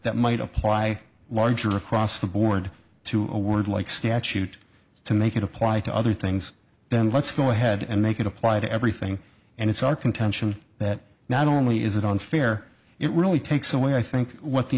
that might apply larger across the board to a word like statute to make it apply to other things then let's go ahead and make it apply to everything and it's our contention that not only is it unfair it really takes away i think what the